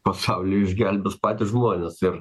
pasaulį išgelbės patys žmonės ir